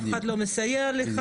אף אחד לא מסייע לך,